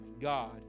God